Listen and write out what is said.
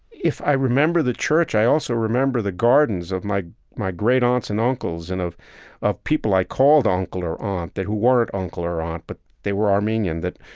if i remember the church, i also remember the gardens of my my great-aunts and uncles and of of people i called uncle or aunt who weren't uncle or aunt, but they were armenian that,